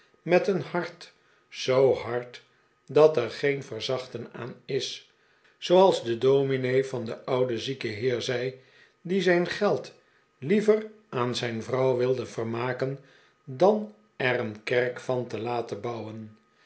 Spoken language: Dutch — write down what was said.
met een hart zoo hard dat er geen verzachten aan is zooals de dominee van den ouden zieken heer zei die zijn geld liever aan zijn vrouw wilde vermaken dan er een kerk van te laten bouwen